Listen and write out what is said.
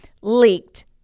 leaked